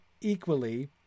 equally